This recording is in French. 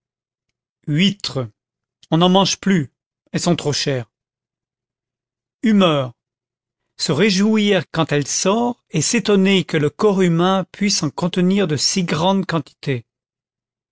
huîtres on n'en mange plus elles sont trop chères humeur se réjouir quand elle sort et s'étonner que le corps humain puisse en contenir de si grandes quantités